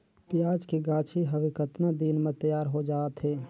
पियाज के गाछी हवे कतना दिन म तैयार हों जा थे?